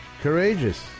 Courageous